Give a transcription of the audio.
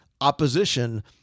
opposition